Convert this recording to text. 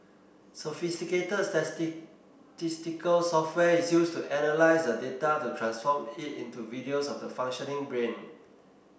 sophisticated software is used to analyse the data to transform it into videos of the functioning brain